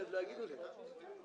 ההחלטה על שכר או לא,